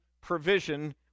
provision